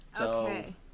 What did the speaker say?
Okay